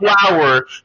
flower